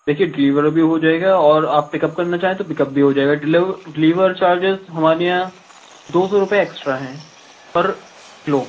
دیکھیے ڈلیور بھی ہو جائے گا اور آپ پک اپ کرنا چاہیں تو پک اپ بھی ہو جائے گا ڈلیور چارجز ہمارے یہاں دو سو روپئے ایکسٹرا ہیں پر کلو